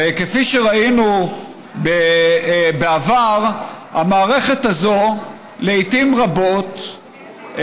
וכפי שראינו בעבר המערכת הזו לעיתים רבות,